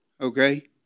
okay